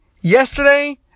yesterday